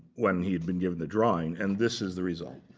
when he had been given the drawing. and this is the result.